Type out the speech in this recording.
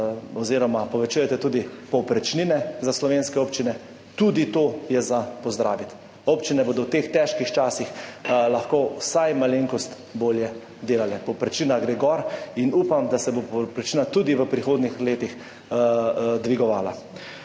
čestitam. Povečujete tudi povprečnine za slovenske občine, tudi to je za pozdraviti. Občine bodo v teh težkih časih lahko vsaj malenkost bolje delale. Povprečnina gre gor in upam, da se bo povprečnina tudi v prihodnjih letih dvigovala.